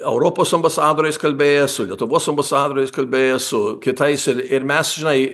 europos ambasadoriais kalbėjęs su lietuvos ambasadoriais kalbėjęs su kitais ir ir mes žinai